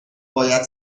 باید